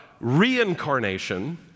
reincarnation